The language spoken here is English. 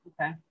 Okay